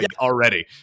already